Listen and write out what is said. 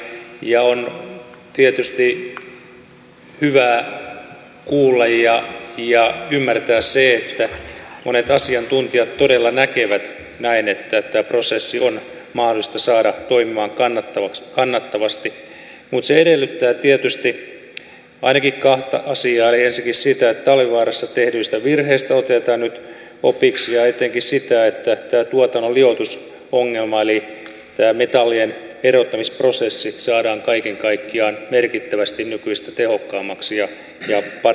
on tietysti hyvä kuulla ja ymmärtää se että monet asiantuntijat todella näkevät näin että tämä prosessi on mahdollista saada toimimaan kannattavasti mutta se edellyttää tietysti ainakin kahta asiaa ensinnäkin sitä että talvivaarassa tehdyistä virheistä otetaan nyt opiksi ja etenkin sitä että tämä tuotannon liuotusongelma eli tämä metallien erottamisprosessi saadaan kaiken kaikkiaan merkittävästi nykyistä tehokkaammaksi ja paremmaksi